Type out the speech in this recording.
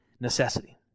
necessity